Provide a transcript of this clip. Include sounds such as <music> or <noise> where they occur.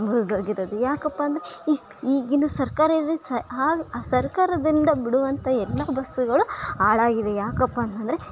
ಮುರಿದು ಹೋಗಿರೋದು ಯಾಕಪ್ಪ ಅಂದ್ರೆ ಇಸ್ ಈಗಿನ ಸರ್ಕಾರ <unintelligible> ಸರ್ಕಾರದಿಂದ ಬಿಡುವಂಥ ಎಲ್ಲ ಬಸ್ಗಳು ಹಾಳಾಗಿವೆ ಯಾಕಪ್ಪ ಅಂತಂದರೆ